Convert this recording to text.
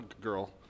girl